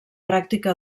pràctica